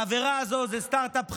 העבירה הזאת זה סטרטאפ חדש,